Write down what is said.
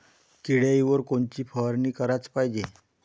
किड्याइवर कोनची फवारनी कराच पायजे?